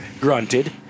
grunted